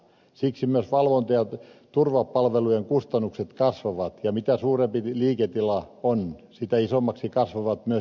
siksi myös valvonta ja turvapalvelujen kustannukset kasvavat ja mitä suurempi liiketila on sitä isommiksi kasvavat myös energiakustannukset